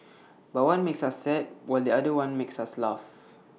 but one makes us sad while the other one makes us laugh